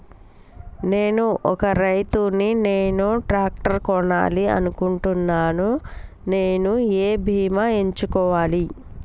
నేను ఒక రైతు ని నేను ట్రాక్టర్ కొనాలి అనుకుంటున్నాను నేను ఏ బీమా ఎంచుకోవాలి?